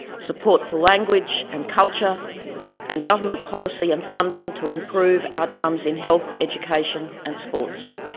support for language and culture and government policy and funding to improve outcomes in health, education and sports.